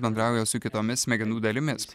bendrauja su kitomis smegenų dalimis